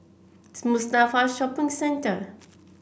Mustafa Shopping Centre